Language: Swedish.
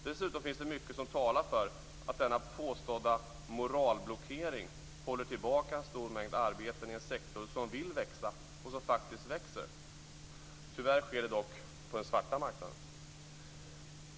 Dessutom är det mycket som talar för att denna påstådda moralblockering håller tillbaka en stor mängd arbeten i en sektor som vill växa, och som faktiskt växer. Tyvärr sker det på den svarta marknaden.